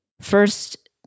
first